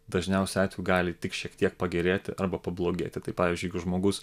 dažniausia gali tik šiek tiek pagerėti arba pablogėti tai pavyzdžiui jeigu žmogus